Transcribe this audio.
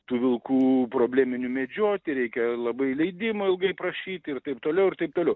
tų vilkų probleminių medžioti reikia labai leidimo ilgai prašyt ir taip toliau ir taip toliau